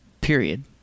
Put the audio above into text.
Period